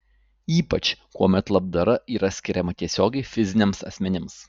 ypač kuomet labdara yra skiriama tiesiogiai fiziniams asmenims